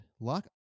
lock